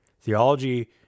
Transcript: Theology